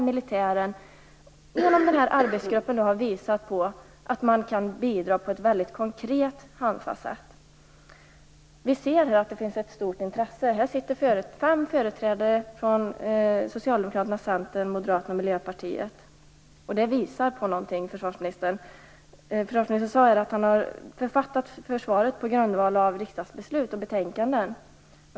Militären har inom arbetsgruppen visat att man kan bidra på ett konkret och handfast sätt. Vi ser att det finns ett stort intresse. Det sitter fem personer här i kammaren - företrädare för Socialdemokraterna, Centern, Moderaterna och Miljöpartiet. Det visar på något, försvarsministern! Försvarsministern sade att han har författat svaret på grundval av riksdagsbeslut och betänkanden.